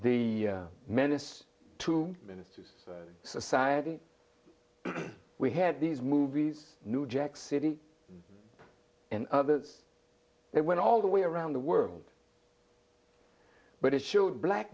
picture the menace to ministers society we had these movies new jack city and others that went all the way around the world but it showed black